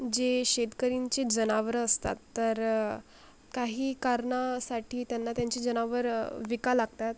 जे शेतकऱ्यांची जनावरं असतात तर काही कारणासाठी त्यांना त्यांची जनावरं विकावी लागतात